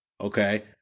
Okay